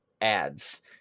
ads